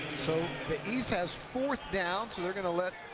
so the east has fourth down, so they're going to let